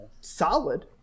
solid